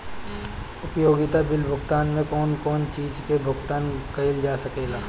उपयोगिता बिल भुगतान में कौन कौन चीज के भुगतान कइल जा सके ला?